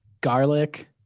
garlic